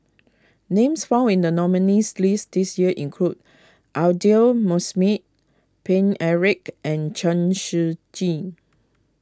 names found in the nominees' list this year include Aidli Mosbit Paine Eric and Chen Shiji